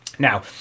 Now